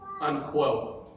unquote